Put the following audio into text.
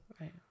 Right